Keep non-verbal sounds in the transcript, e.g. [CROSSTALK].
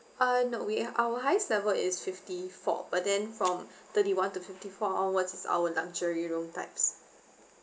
uh no we our highest level is fifty four but then from [BREATH] thirty one to fifty four onwards is our luxury room types